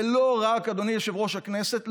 אדוני יושב-ראש הכנסת,